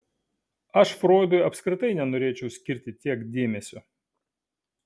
aš froidui apskritai nenorėčiau skirti tiek dėmesio